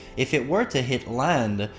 if it were to hit land,